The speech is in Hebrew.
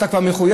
אתה כבר מחויב,